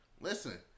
Listen